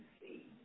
see